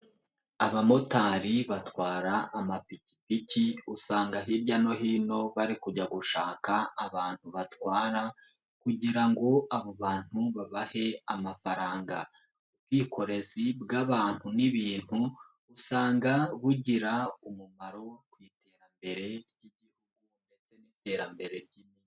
Abamotari batwara amapipiki usanga hirya no hino bari kujya gushaka abantu batwara, kugira ngo abo bantu babahe amafaranga, ubwikorezi bw'abantu n'ibintu usanga bugira umumaro ku iterambere ry'iterambere.